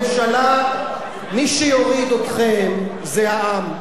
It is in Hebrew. מי שיוריד אתכם זה העם.